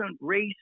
race